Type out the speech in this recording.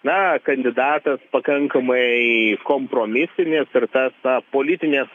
na kandidatas pakankamai kompromisinis ir tas politinės